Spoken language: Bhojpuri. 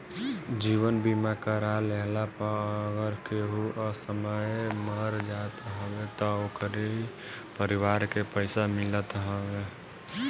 जीवन बीमा करा लेहला पअ अगर केहू असमय मर जात हवे तअ ओकरी परिवार के पइसा मिलत हवे